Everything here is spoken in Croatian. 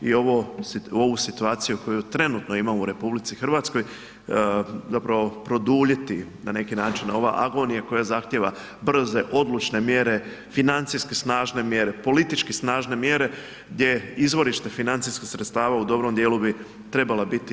I ovu situaciju koju trenutno imamo u RH zapravo produljiti na neki način ova agonija koja zahtjeva brze, odlučne mjere, financijske snažne mjere, politički snažne mjere gdje izvorište financijskih sredstava u dobrom dijelu bi trebala biti EU.